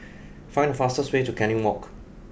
find the fastest way to Canning Walk